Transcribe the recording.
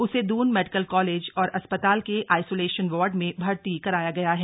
उसे Doon medical college और अस्पताल के आइसोलेशन वार्ड में भर्ती कराया गया है